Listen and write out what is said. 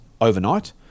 overnight